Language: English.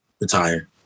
retire